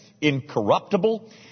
incorruptible